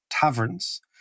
taverns